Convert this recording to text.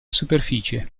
superficie